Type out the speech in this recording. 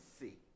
See